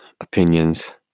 opinions